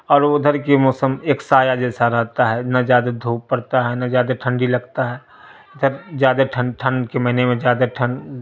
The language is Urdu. اور ادھر کی موسم ایک سایہ جیسا رہتا ہے نہ زیادہ دھوپ پڑتا ہے نہ زیادہ ٹھنڈی لگتا ہے ادھر زیادہ ٹھنڈ ٹھنڈ کے مہینے میں زیادہ ٹھنڈ